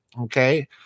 okay